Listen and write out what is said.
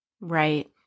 Right